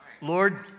Lord